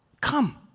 Come